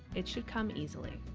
it should come easily.